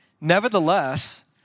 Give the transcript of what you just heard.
Nevertheless